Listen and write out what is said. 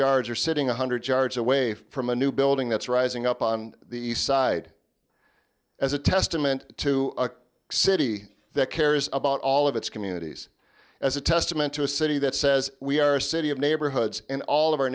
yards or sitting one hundred yards away from a new building that's rising up on the east side as a testament to a city that cares about all of its communities as a testament to a city that says we are a city of neighborhoods and all of our